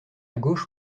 gauche